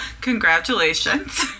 congratulations